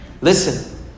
Listen